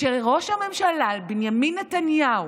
שראש הממשלה בנימין נתניהו,